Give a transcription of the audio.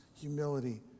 humility